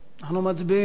אנחנו מצביעים.